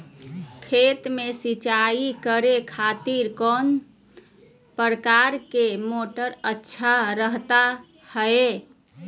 खेत में सिंचाई करे खातिर कौन प्रकार के मोटर अच्छा रहता हय?